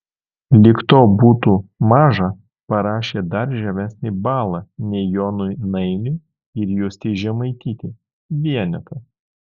lyg to būtų maža parašė dar žemesnį balą nei jonui nainiui ir justei žemaitytei vienetą